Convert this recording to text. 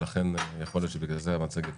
ויכול להיות שבגלל זה המצגת